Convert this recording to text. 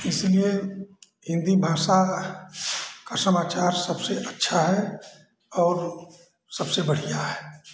इसीलिए हिन्दी भाषा का समाचार सबसे अच्छा है और सबसे बढ़ियाँ है